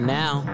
now